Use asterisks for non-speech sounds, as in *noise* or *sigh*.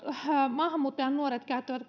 maahanmuuttajanuoret käyttävät *unintelligible*